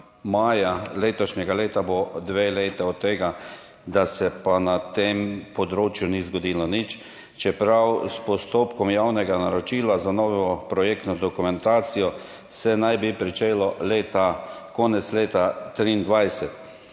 maja letošnje leto bo dve leti od tega, da se na tem področju ni zgodilo nič, čeprav naj bi se s postopkom javnega naročila za novo projektno dokumentacijo začelo konec leta 2023.